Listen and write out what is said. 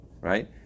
Right